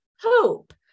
hope